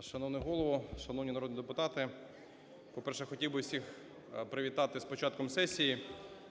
Шановний Голово, шановні народні депутати, по-перше, хотів би всіх привітати з початком сесії